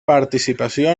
participació